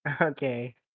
Okay